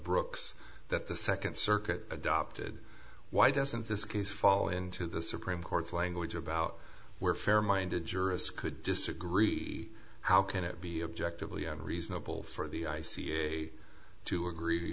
brooks that the second circuit adopted why doesn't this case fall into the supreme court's language about where fair minded jurists could disagree how can it be objective leon reasonable for the i c a to agree